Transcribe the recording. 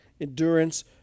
endurance